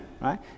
right